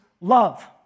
love